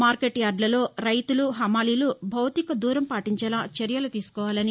market యార్దుల్లో రైతులు హమాలీలు భౌతిక దూరం పాటించేలా చర్యలు తీసుకోవాలన్నారు